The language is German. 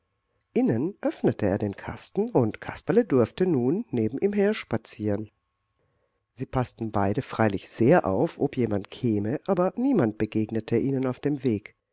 innen öffnete er den kasten und kasperle durfte nun neben ihm herspazieren sie paßten beide freilich sehr auf ob jemand käme aber niemand begegnete ihnen auf dem weg